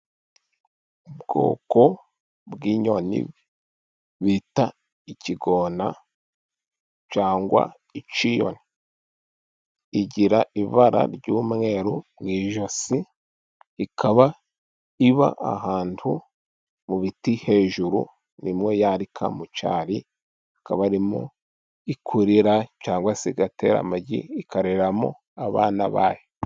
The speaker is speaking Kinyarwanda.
Ubwoko bw'inyoni bita igikona cyangwa icyiyoni, igira ibara ry'umweru mu ijosi ,ikaba iba ahantu mu biti hejuru ni mwo yarika .Mu cyari akaba ari mwo ikurira cyangwa se igatera amagi , ikaruriramo abana bayo.